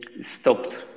stopped